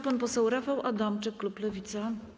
Pan poseł Rafał Adamczyk, klub Lewica.